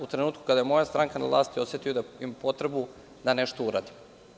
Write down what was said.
U trenutku kada je moja stranka na vlasti osetio sam imam potrebu da nešto uradim.